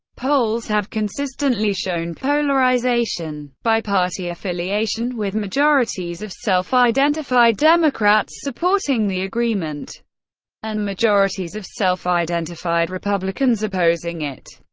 polls have consistently shown polarization by party affiliation, with majorities of self-identified democrats supporting the agreement and majorities of self-identified republicans opposing it.